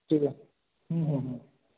ঠিক আছে হুম হুম হুম